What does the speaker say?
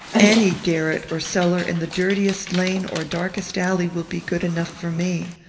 any garret or cellar in the dirtiest lane or darkest alley will be good enough for me.